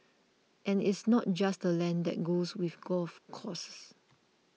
and it's not just the land that goes with golf courses